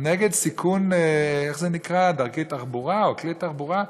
נגד סיכון אדם בדרכי תחבורה או כלי תחבורה,